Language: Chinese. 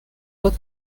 哥特式